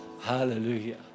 Hallelujah